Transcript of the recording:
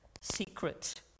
secret